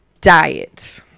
diet